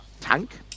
tank